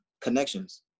connections